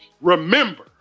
Remember